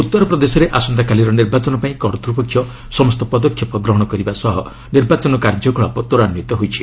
ଉତ୍ତର ପ୍ରଦେଶରେ ଆସନ୍ତାକାଲିର ନିର୍ବାଚନପାଇଁ କର୍ତ୍ତ୍ୱପକ୍ଷ ସମସ୍ତ ପଦକ୍ଷେପ ଗ୍ରହଣ କରିବା ସହ ନିର୍ବାଚନ କାର୍ଯ୍ୟକଳାପ ତ୍ୱରାନ୍ୱିତ ହୋଇଛି